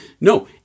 No